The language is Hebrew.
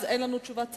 אז אין לנו תשובת שר?